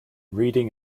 reading